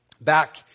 back